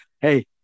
hey